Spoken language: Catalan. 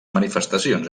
manifestacions